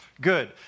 good